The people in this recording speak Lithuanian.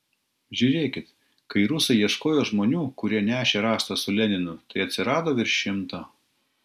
žiūrėkit kai rusai ieškojo žmonių kurie nešė rastą su leninu tai atsirado virš šimto